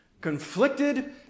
conflicted